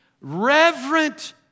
reverent